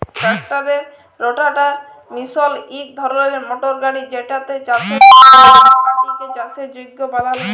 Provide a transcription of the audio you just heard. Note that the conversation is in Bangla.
ট্রাক্টারের রোটাটার মিশিল ইক ধরলের মটর গাড়ি যেটতে চাষের জমির মাটিকে চাষের যগ্য বালাল হ্যয়